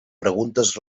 preguntes